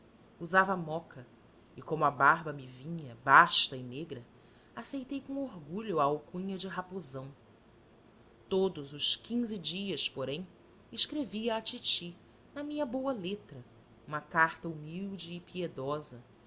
usava moca e como a barba me vinha basta e negra aceitei com orgulho a alcunha de raposão todos os quinze dias porém escrevia à titi na minha boa letra uma carta humilde e piedosa